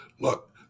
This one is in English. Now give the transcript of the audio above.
Look